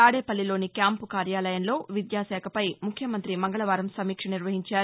తాదేపల్షిలోని camp కార్యాలయంలో విద్యాశాఖపై ముఖ్యమంత్రి మంగళవారం సమీక్ష నిర్వహించారు